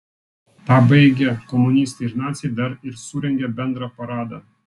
tą baigę komunistai ir naciai dar ir surengė bendrą paradą